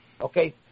Okay